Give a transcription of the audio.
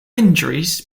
injuries